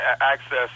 access